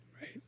Right